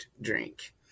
drink